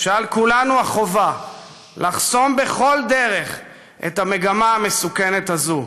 שעל כולנו החובה לחסום בכל דרך את המגמה המסוכנת הזאת.